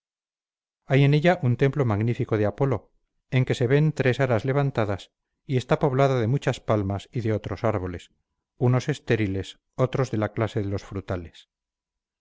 hay en ella un templo magnífico de apolo en que se ven tres aras levantadas y está poblada de muchas palmas y de otros árboles unos estériles otros de la clase de los frutales